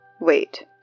Wait